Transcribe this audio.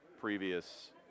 previous